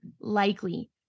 likely